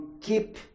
keep